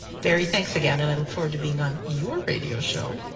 barry thanks again. and i look forward to being on your radio show.